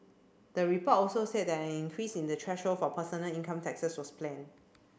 the report also said that an increase in the threshold for personal income taxes was planned